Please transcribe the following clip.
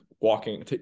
walking